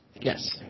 Yes